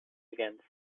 against